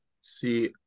See